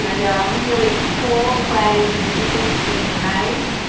you know there are really poor planning decisions being made,